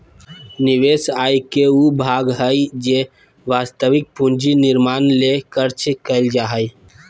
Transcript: निवेश आय के उ भाग हइ जे वास्तविक पूंजी निर्माण ले खर्च कइल जा हइ